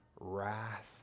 wrath